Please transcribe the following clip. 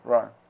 Right